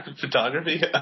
Photography